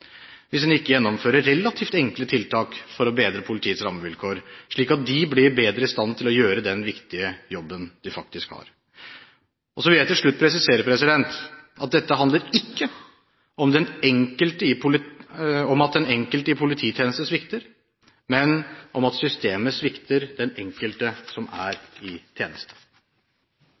hvis en ikke gjennomfører relativt enkle tiltak for å bedre politiets rammevilkår, slik at de blir bedre i stand til å gjøre den viktige jobben de faktisk har. Så vil jeg til slutt presisere at dette handler ikke om at den enkelte i polititjeneste svikter, men om at systemet svikter den enkelte som er i tjeneste.